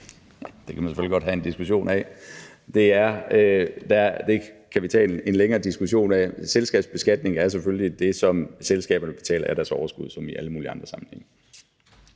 Det kan man selvfølgelig godt have en længere diskussion af. Selskabsbeskatning er selvfølgelig det, som selskaberne betaler af deres overskud, som i alle mulige andre sammenhænge.